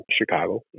Chicago